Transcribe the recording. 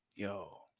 yo